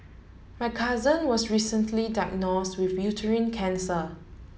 my cousin was recently diagnose with uterine cancer